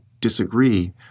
disagree